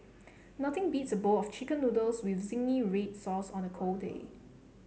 nothing beats a bowl of chicken noodles with zingy red sauce on a cold day